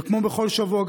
וכמו בכל שבוע,